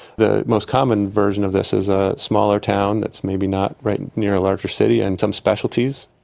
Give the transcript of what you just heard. the most common version of this is a smaller town that's maybe not right and near a larger city, and some specialties.